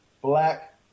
Black